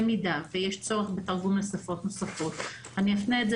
במידה ויש צורך בתרגום לשפות נוספות אני אפנה את זה